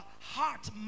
heart